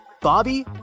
Bobby